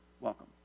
welcome